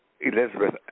Elizabeth